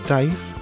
Dave